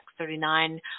X39